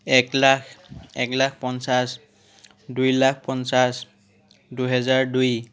এক লাখ এক লাখ পঞ্চাছ দুই লাখ পঞ্চাছ দুহেজাৰ দুই